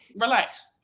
Relax